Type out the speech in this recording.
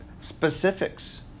specifics